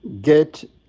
Get